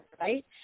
right